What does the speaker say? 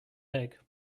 egg